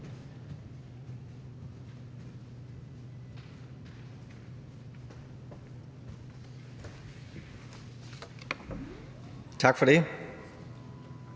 Tak for det,